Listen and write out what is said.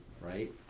right